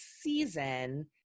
season